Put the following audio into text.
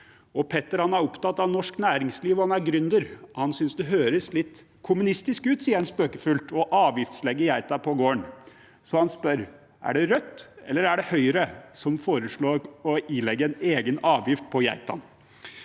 Petter er opptatt av norsk næringsliv, og han er gründer. Han synes det høres litt kommunistisk ut, som han spøkefullt sier, å avgiftslegge geita på gården, så han spør: Er det Rødt eller Høyre som foreslår å ilegge en egen avgift på geitene?